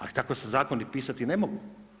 Ali tako se zakoni pisati ne mogu.